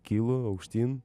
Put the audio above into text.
kylu aukštyn